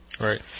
Right